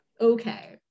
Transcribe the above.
Okay